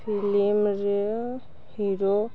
ଫିଲିମ୍ରେ hero